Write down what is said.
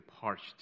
parched